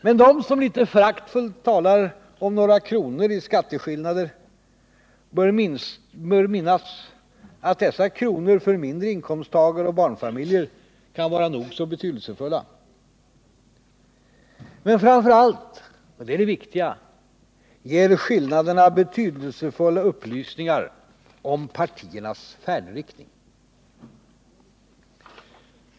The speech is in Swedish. Men de som litet föraktfullt talar om några kronor i skatteskillnader bör minnas att dessa kronor för mindre inkomsttagare och barnfamiljer kan vara nog så betydelsefulla. Men framför allt — det är det viktiga — ger skillnaderna betydelsefulla upplysningar om partiernas färdriktning.